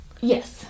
Yes